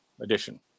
edition